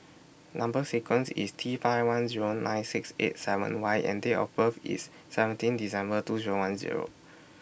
Number sequence IS T five one Zero nine six eight seven Y and Date of birth IS seventeen December two Zero one Zero